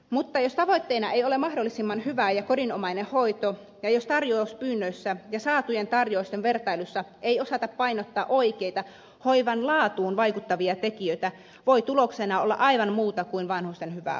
mutta jos tavoitteena ei ole mahdollisimman hyvä ja kodinomainen hoito ja jos tarjouspyynnöissä ja saatujen tarjousten vertailussa ei osata painottaa oikeita hoivan laatuun vaikuttavia tekijöitä voi tuloksena olla aivan muuta kuin vanhusten hyvää hoitoa